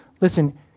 Listen